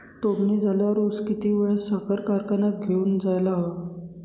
तोडणी झाल्यावर ऊस किती वेळात साखर कारखान्यात घेऊन जायला हवा?